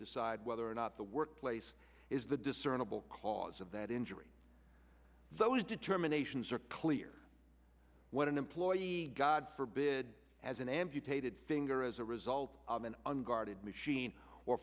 decide whether or not the workplace is the discernible cause of that injury those determinations are clear when an employee god forbid has an amputated finger as a result of an unguarded machine or